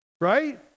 right